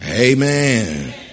Amen